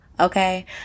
Okay